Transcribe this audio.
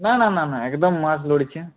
না না না না একদম মাছ নড়ছে